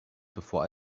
before